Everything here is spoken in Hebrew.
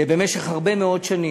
במשך הרבה מאוד שנים,